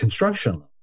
construction